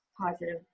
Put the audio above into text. positive